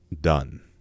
done